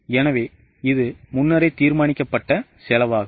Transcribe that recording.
எனவே இது முன்னரே தீர்மானிக்கப்பட்ட செலவாகும்